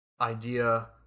idea